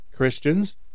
Christians